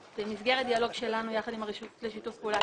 במסגרת דיאלוג שלנו יחד עם הרשות לשיתוף פעולה